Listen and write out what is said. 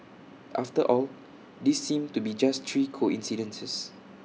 after all these seem to be just three coincidences